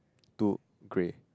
two grey